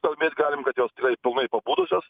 kalbėt galim kad jos tikrai pilnai papurusios